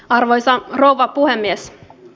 arvoisa rouva puhemies